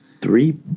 Three